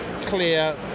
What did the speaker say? clear